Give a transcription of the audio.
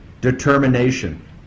determination